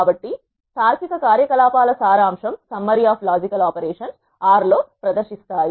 కాబట్టి తార్కిక కార్యకలాపాల సారాంశం R లో ప్రదర్శిస్తారు